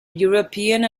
european